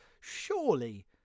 surely